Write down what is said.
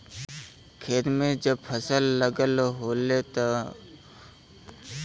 खेत में जब फसल लगल होले तब ओ फसल पर भी कौनो लोन मिलेला का?